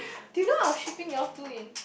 do you know I was shipping y'all two in